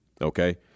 okay